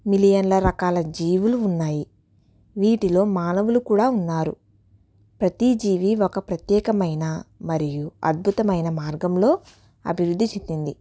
మిలియన్ల రకాల జీవులు ఉన్నాయి వీటిలో మానవులు కూడా ఉన్నారు ప్రతీ జీవి ఒక ప్రత్యేకమైన మరియు అద్భుతమైన మార్గంలో అభివృద్ధి చెందింది